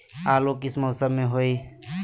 आलू किस मौसम में होई?